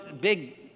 big